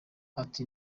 ati